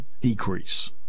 decrease